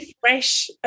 fresh